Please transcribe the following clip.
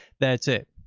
that's it.